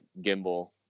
gimbal